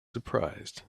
surprised